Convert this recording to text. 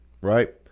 right